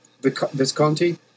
Visconti